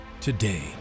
today